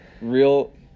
real